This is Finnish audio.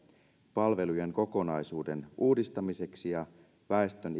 palvelujen kokonaisuuden uudistamiseksi ja väestön